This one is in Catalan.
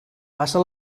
passa